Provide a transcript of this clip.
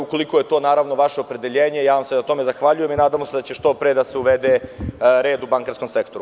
Ukoliko je to vaše opredeljenje, ja vam se na tome zahvaljujem i nadamo se da će što pre da se uvede red u bankarskom sektoru.